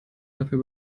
dafür